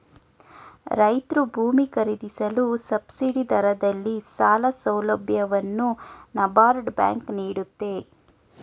ರೈತ್ರು ಭೂಮಿ ಖರೀದಿಸಲು ಸಬ್ಸಿಡಿ ದರದಲ್ಲಿ ಸಾಲ ಸೌಲಭ್ಯವನ್ನು ನಬಾರ್ಡ್ ಬ್ಯಾಂಕ್ ನೀಡುತ್ತೆ